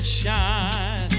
shine